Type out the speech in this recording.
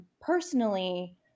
Personally